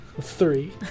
Three